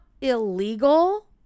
illegal